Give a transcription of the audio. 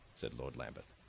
said lord lambeth.